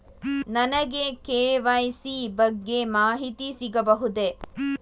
ನನಗೆ ಕೆ.ವೈ.ಸಿ ಬಗ್ಗೆ ಮಾಹಿತಿ ಸಿಗಬಹುದೇ?